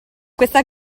questa